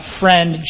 friend